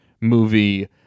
movie